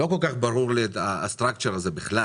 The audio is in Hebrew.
לא כל כך ברור לי המבנה הזה בכלל.